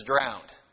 drowned